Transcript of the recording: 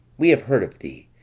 we have heard of thee,